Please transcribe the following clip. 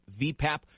VPAP